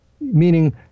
Meaning